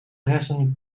resten